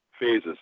phases